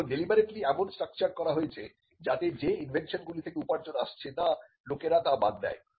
এখন ডেলিবারেটলি এমন স্ট্রাকচার্ড করা হয়েছে যাতে যে ইনভেনশন গুলি থেকে উপার্জন আসছে না লোকেরা তা বাদ দেয়